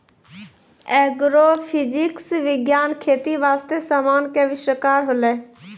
agrophysics विज्ञान खेती बास्ते समान के अविष्कार होलै